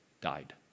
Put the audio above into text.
died